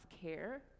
care